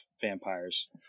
vampires